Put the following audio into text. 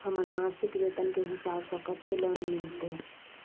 हमर मासिक वेतन के हिसाब स कत्ते लोन मिलते?